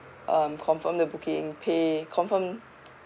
um confirm the booking pay confirm